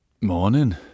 Morning